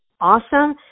awesome